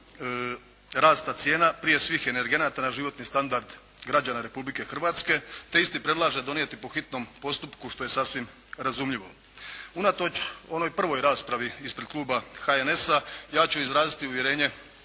rasta cijena prije svih energenata na životni standard građana Republike Hrvatske te isti predlaže donijeti po hitnom postupku što je sasvim razumljivo. Unatoč onoj prvoj raspravi ispred kluba HNS-a ja ću izraziti uvjerenje